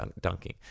dunking